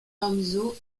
lorenzo